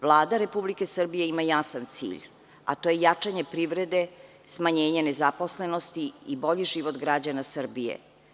Vlada Republike Srbije ima jasan cilj, a to je jačanje privrede, smanjenje nezaposlenosti i bolji život građana Srbije.